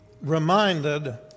reminded